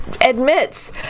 admits